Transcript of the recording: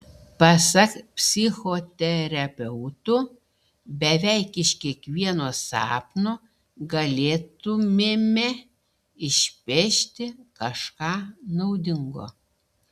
pasak psichoterapeutų beveik iš kiekvieno sapno galėtumėme išpešti kažką naudingo